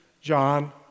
John